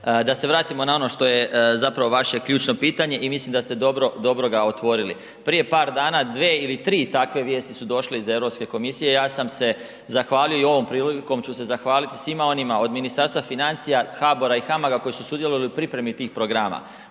Da se vratimo na ono što je zapravo vaše ključno pitanje i mislim da ste dobro, dobro ga otvorili. Prije par dana dve ili tri takve vijesti su došle iz Europske komisije. Ja sam se zahvalio i ovom prilikom ću se zahvaliti svima onima od Ministarstva financija, HBOR-a i HAMAG-a koji su sudjelovali u pripremi tih programa.